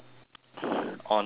honest